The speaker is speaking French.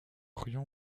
orion